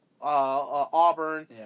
Auburn